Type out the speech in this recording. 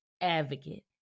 advocate